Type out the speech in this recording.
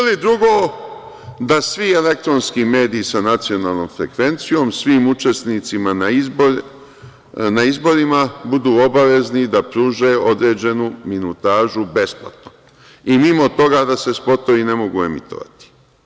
Drugo, da svi elektronski mediji sa nacionalnom frekvencijom svim učesnicima na izborima budu obavezni da pruže određenu minutažu besplatno i mimo toga da se spotovi ne mogu emitovati.